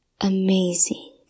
amazing